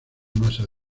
masa